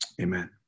amen